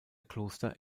kloster